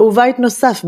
ובית נוסף בקמרון,